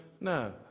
No